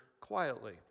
quietly